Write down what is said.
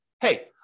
hey